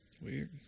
Weird